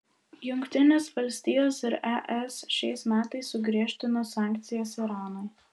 jungtinės valstijos ir es šiais metais sugriežtino sankcijas iranui